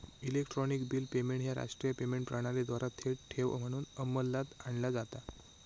electronic bill payment ह्या राष्ट्रीय payment प्रणालीद्वारा थेट ठेव म्हणून अंमलात आणला जाता